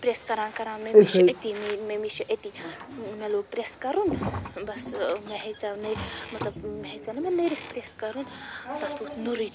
press کَران کَران مٔمی چھِ أتی میٛٲنۍ مٔمی چھِ أتی ٲں مےٚ لوگ پرٛیٚس کَرُن بَس ٲں مےٚ ہیٚژیٚاو نٔرۍ مطلب وۄنۍ ہیٚژیٛاو نَہ مےٚ نٔرِس پرٛیٚس کَرُن تَتھ ووٚتھ نوٚرُے تھوٚد